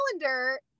calendar